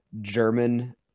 german